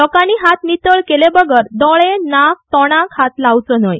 लोकांनी हात नितळ केले बगर दोळे नाक तोंडाक हात लावचो न्हय